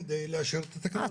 כדי לאשר את התקנות,